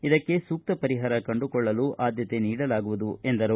ಇದಕ್ಕೆ ಸೂಕ್ತ ಪರಿಹಾರ ಕಂಡುಕೊಳ್ಳಲು ಆದ್ಯತೆ ನೀಡಲಾಗುವುದು ಎಂದರು